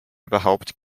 überhaupt